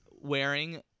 wearing